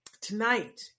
tonight